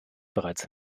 bereits